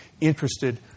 interested